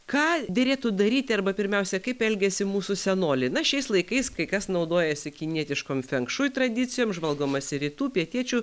ką derėtų daryti arba pirmiausia kaip elgėsi mūsų senoliai na šiais laikais kai kas naudojasi kinietiškom fengšui tradicijom žvalgomasi rytų pietiečių